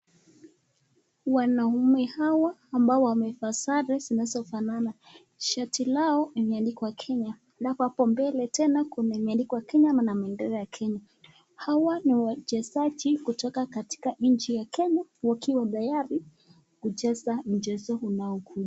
Wanaume hawa ambao wamevaa sare zinazofanana, shati imeadikwa Kenya, alafu hapo mbele tena kuna kikombea imeadikwa Kenya, na bendera ya Kenya, hawa ni wa chezaji kutoka nchi ya Kenya, wakiwa tayari kucheza mchezo unaochezwa.